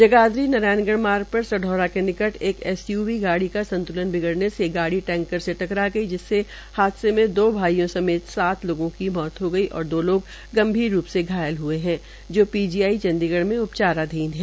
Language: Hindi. जगाधरी नारायण मार्ग पर सढौरा के निकट एक एसयूवी गाड़ी का संत्रलन बिगड़ने से गाड़ी टैंकर से टकार गई जिससे हादसे में दो भाई समेत सात लोगों की मौत हो गई और दो लोग गंभीर रूप से घायल गये है जो पीजीआड़ चंडीगढ़ में उपचाराधीन है